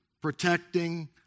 protecting